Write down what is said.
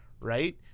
right